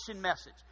message